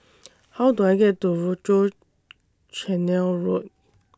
How Do I get to Rochor Canal Road